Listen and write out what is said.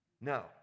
No